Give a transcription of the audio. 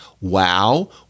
wow